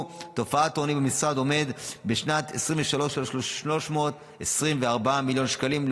תופעת העוני במשרד לשנת 2023 עמד על 324 מיליון שקלים,